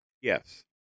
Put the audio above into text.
Yes